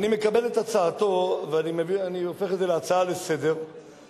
אני מקבל את הצעתו ואני הופך את זה להצעה לסדר-היום.